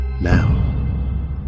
now